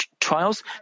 trials